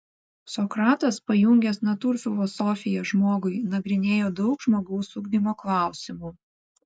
sokratas pajungęs natūrfilosofiją žmogui nagrinėjo daug žmogaus ugdymo klausimų